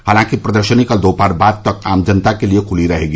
हालांकि प्रदर्शनी कल दोहपर बाद तक आम जनता के लिए खुली रहेगी